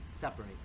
separate